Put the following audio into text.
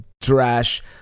trash